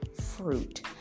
fruit